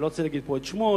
אני לא רוצה להגיד פה את שמו,